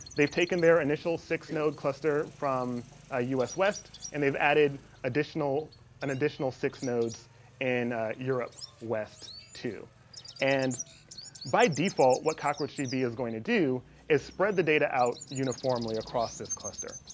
they've taken their initial six node cluster from ah us west and they've added additional an additional six nodes in europe west too and by default what cockroach db is going to do is spread the data out uniformly across this cluster